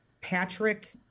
Patrick